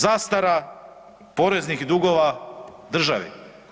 Zastara poreznih dugova državi.